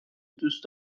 دوست